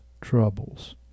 troubles